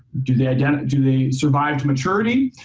do they do they survive to maturity?